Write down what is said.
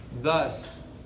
Thus